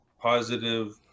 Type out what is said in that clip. positive